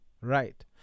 Right